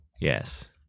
Yes